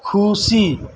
ᱠᱷᱩᱻ ᱥᱤ